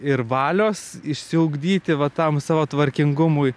ir valios išsiugdyti va tam savo tvarkingumui